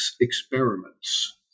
experiments